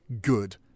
good